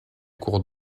cours